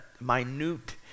minute